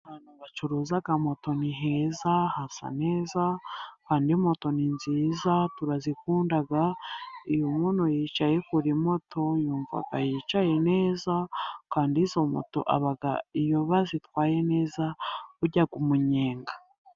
Ahantu bacuruza aka moto ni heza hasa neza, kandi moto ni nziza turazikundaga, iyo umuntu yicaye kurimo moto yumvaga yicaye neza, kandi izo moto iyo ba zitwaye neza urya umunyenga.